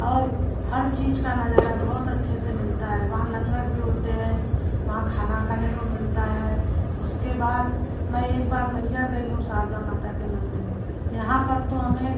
और हर चीज़ का नज़ारा बहुत अच्छे से मिलता है वहाँ लंगर भी होते हैं वहाँ खाना खाने को मिलता है उसके बाद मैं एक बार मैहर गई हूँ शारदा माता के मंदिर यहाँ पर तो हमें